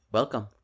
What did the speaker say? Welcome